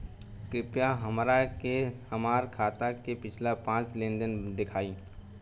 कृपया हमरा के हमार खाता के पिछला पांच लेनदेन देखाईं